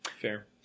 Fair